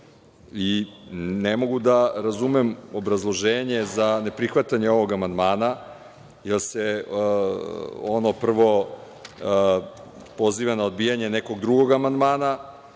mogu da razumem obrazloženje za neprihvatanje ovog amandmana, jer se ono, prvo, poziva na odbijanje nekog drugog amandmana